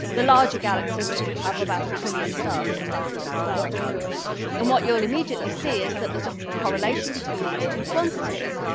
the larger galaxies have about a trillion stars. ten to the twelve stars and you'll immediately see is that there's a correlation between these two quantities.